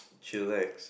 chillax